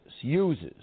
uses